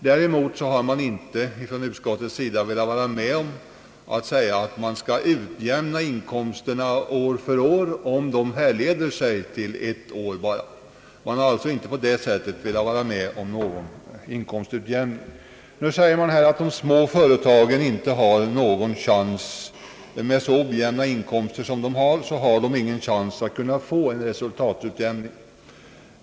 Utskottet har inte velat vara med om att utjämna inkomsterna år för år om de endast härleder sig från ett enda års inkomst. Vi har alltså i det avseendet inte velat vara med om någon inkomstutjämning. Man säger nu att de små företagen inte har någon chans att kunna få resultatutjämning med så ojämna inkomster som de har.